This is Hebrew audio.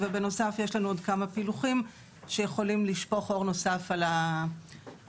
בנוסף יש לנו עוד כמה פילוחים שיכולים לשפוך אור נוסף על הנושא.